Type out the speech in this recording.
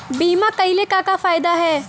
बीमा कइले का का फायदा ह?